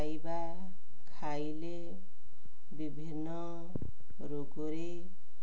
ଖାଇବା ଖାଇଲେ ବିଭିନ୍ନ ରୋଗରେ